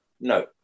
no